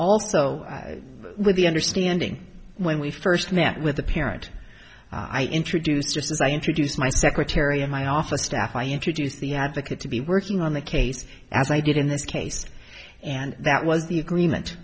also with the understanding when we first met with the parent i introduced just as i introduce my secretary of my office staff i introduce the advocate to be working on the case as i did in this case and that was the agreement